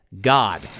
God